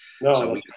No